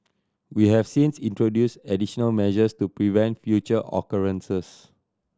we have since introduced additional measures to prevent future occurrences